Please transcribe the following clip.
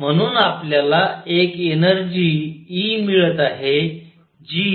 म्हणून आपल्याला एक एनर्जी E मिळत आहे जी